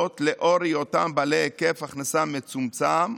לאור היותם בעלי היקף הכנסה מצומצם,